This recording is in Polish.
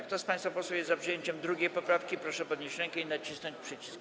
Kto z państwa posłów jest za przyjęciem 2. poprawki, proszę podnieść rękę i nacisnąć przycisk.